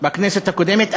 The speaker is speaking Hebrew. בכנסת הקודמת,